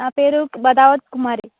నా పేరు దదావత్ కుమారి